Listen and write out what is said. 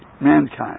mankind